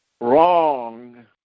wrong